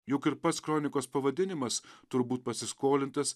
juk ir pats kronikos pavadinimas turbūt pasiskolintas